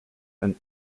and